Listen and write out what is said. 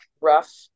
rough